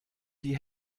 die